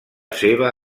seva